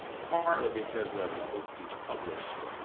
partly because of the books he's published,